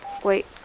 Wait